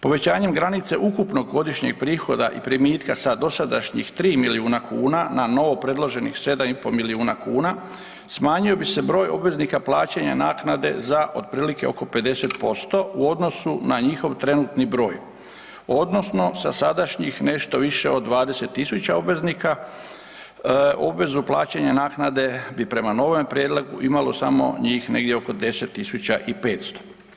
Povećanjem granice ukupnog godišnjeg prihoda i primitka sa dosadašnjih tri milijuna kuna na novo predloženih 7 i pol milijuna kuna smanjio bi se broj obveznika plaćanja naknade za otprilike oko 50% u odnosu na njihov trenutni broj, odnosno sa sadašnjih nešto više od 20 000 obveznika obvezu plaćanja naknade bi prema novome prijedlogu imalo samo njih negdje oko 10 500.